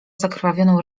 zakrwawioną